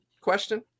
Question